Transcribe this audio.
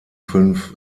fünf